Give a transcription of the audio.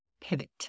pivot